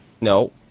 No